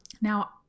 Now